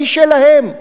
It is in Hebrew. היא שלהם.